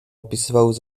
opisywać